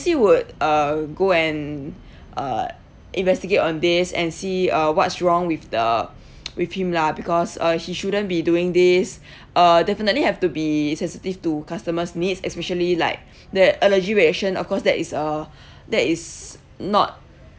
~cy would um go and uh investigate on this and see uh what's wrong with the with him lah because uh he shouldn't be doing this uh definitely have to be sensitive to customers' needs especially like the allergy reaction of course that is uh that is not